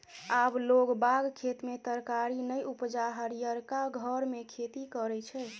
आब लोग बाग खेत मे तरकारी नै उपजा हरियरका घर मे खेती करय छै